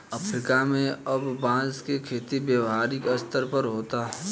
Africa में अब बांस के खेती व्यावसायिक स्तर पर होता